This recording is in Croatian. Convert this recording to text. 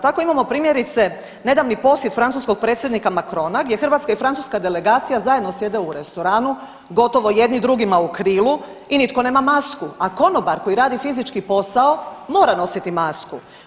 Tako imamo primjerice nedavni posjet francuskog predsjednika Macrona gdje Hrvatska i Francuska delegacija zajedno sjede u restoranu gotovo jedni drugima u krilu i nitko nema masku, a konobar koji radi fizički posao mora nositi masku.